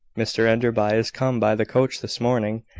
mr enderby is come by the coach this morning.